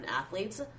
athletes